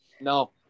No